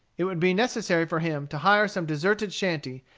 it would be necessary for him to hire some deserted shanty,